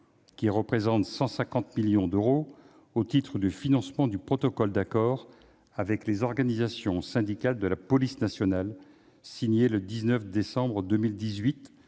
qui représente 154 millions d'euros, au titre du financement du protocole d'accord avec les organisations syndicales de la police nationale signé le 19 décembre 2018